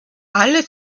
alle